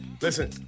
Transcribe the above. Listen